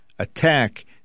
attack